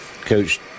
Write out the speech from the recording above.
Coach